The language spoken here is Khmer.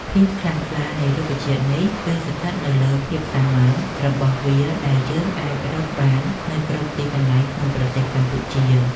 ភាពខ្លាំងក្លានៃរុក្ខជាតិនេះគឺស្ថិតនៅលើភាពសាមញ្ញរបស់វាដែលយើងអាចរកបាននៅគ្រប់ទីកន្លែងក្នុងប្រទេសកម្ពុជា។